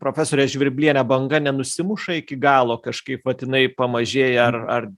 profesore žvirbliene banga nenusimuša iki galo kažkaip vat jinai pamažėja ar ar